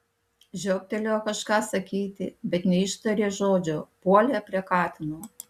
žiobtelėjo kažką sakyti bet neištarė žodžio puolė prie katino